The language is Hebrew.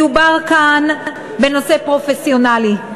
מדובר כאן בנושא פרופסיונלי,